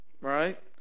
right